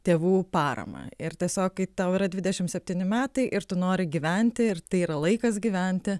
tėvų paramą ir tiesiog kai tau yra dvidešim septyni metai ir tu nori gyventi ir tai yra laikas gyventi